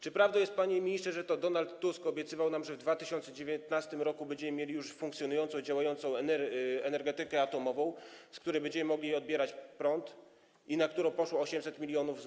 Czy prawdą jest, panie ministrze, że Donald Tusk obiecywał nam, że w 2019 r. będziemy mieli już funkcjonującą i działającą energetykę atomową, z której będziemy mogli odbierać prąd, na którą poszło 800 mln zł?